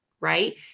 right